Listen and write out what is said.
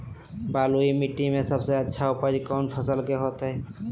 बलुई मिट्टी में सबसे अच्छा उपज कौन फसल के होतय?